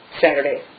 Saturday